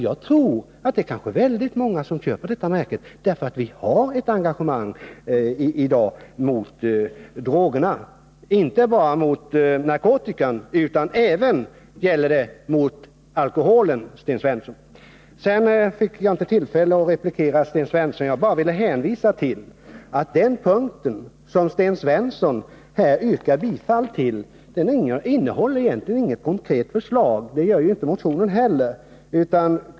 Jag tror att väldigt många köper ett sådant här märke, för det finns ett engagemang mot drogerna i dag — inte bara mot narkotikan utan även mot alkoholen, Sten Svensson. Jag fick tidigare inte tillfälle att replikera Sten Svensson, men jag vill hänvisa till att den punkt som Sten Svensson yrkar bifall till egentligen inte innehåller något konkret förslag, och det gör inte motionen heller.